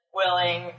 willing